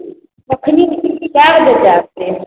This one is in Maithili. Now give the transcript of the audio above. कखनी कै बजे दै के छै